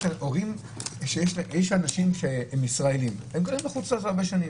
אנחנו דיברנו על כל מיני סטטוסים של אנשים שנמצאים ושאלנו מה המדיניות.